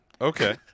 Okay